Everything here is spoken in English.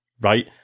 right